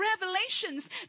Revelations